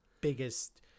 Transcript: biggest